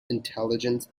intelligence